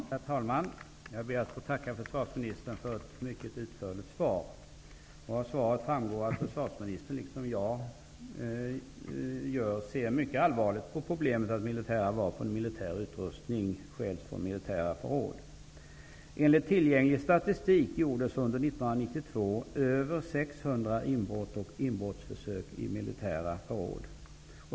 Herr talman! Jag ber att få tacka försvarsministern för ett mycket utförligt svar. Av svaret framgår att försvarsministern liksom jag ser mycket allvarligt på problemet att militära vapen och militär utrustning stjäls från militära förråd. över 600 inbrottsförsök i militära förråd.